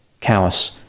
callous